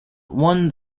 won